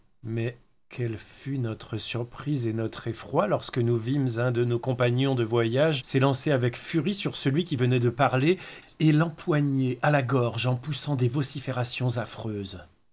mais qu'elle fut notre surprise et notre effroi lorsque nous vîmes un de nos compagnons de voyage s'élancer avec furie sur celui qui venait de parler et l'empoigner à la gorge en poussant des vociférations affreuses